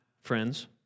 friends